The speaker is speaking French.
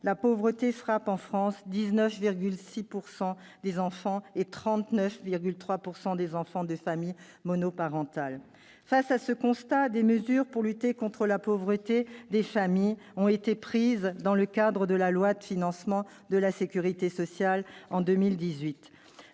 la pauvreté frappe, en France, 19,6 % d'entre eux et 39,3 % de ceux appartenant à des familles monoparentales. Devant ce constat, des mesures pour lutter contre la pauvreté des familles ont été prises dans le cadre de la loi de financement de la sécurité sociale pour 2018